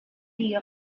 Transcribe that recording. die